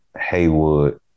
Haywood